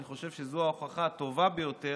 אני חושב שזו ההוכחה הטובה ביותר,